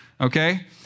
okay